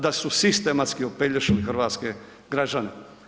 Da su sistematski opelješili hrvatske građane.